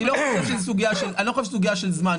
אני לא חושב שזו סוגיה של זמן.